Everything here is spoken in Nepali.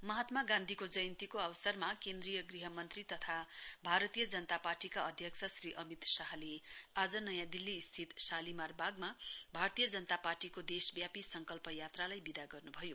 महात्मा गान्धीको जयन्तीको अवसरमा केन्द्रीय गृह मन्त्री तथा भारतीय जनता पार्टीका अध्यक्ष श्री अमित शाहले आज नयाँ दिल्लीस्थित शालीमार बागमा भारतीय जनता पार्टीको देशव्यापी संकल्प यात्रालाई विदा गर्नु भयो